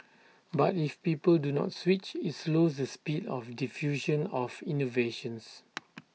but if people do not switch IT slows the speed of diffusion of innovations